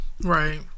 right